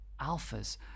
alphas